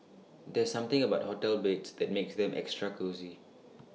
there's something about hotel beds that makes them extra cosy